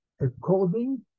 according